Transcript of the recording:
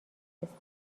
رسید